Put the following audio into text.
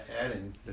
adding